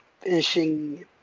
finishing